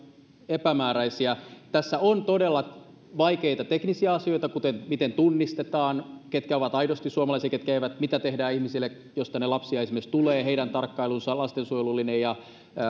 epämääräisiä tässä on todella vaikeita teknisiä asioita kuten se miten tunnistetaan ketkä ovat aidosti suomalaisia ketkä eivät mitä tehdään ihmisille jos tänne tulee esimerkiksi lapsia heidän tarkkailunsa lastensuojelullinen ja